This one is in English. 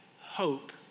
hope